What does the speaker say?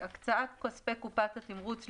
"הקצאת כספי קופת התמרוץ 14ד. (א)הקצאת כספי קופת